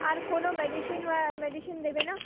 আর কোনো মেডিসিন বা মেডিসিন দেবে না